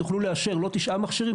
תוכלו לאשר לא תשעה מכשירים,